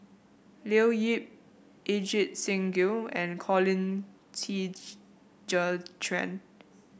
Leo Yip Ajit Singh Gill and Colin Qi Zhe Quan